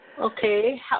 okay